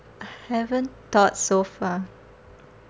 haven't thought so far